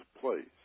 place